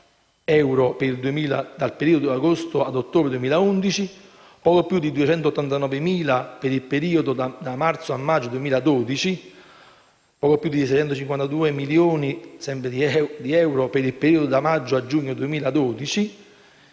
euro per il periodo da agosto ad ottobre 2011; poco più di 289.000 per il periodo da marzo a maggio 2012; poco più di 652.000 euro per il periodo da maggio a giugno 2012;